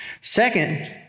Second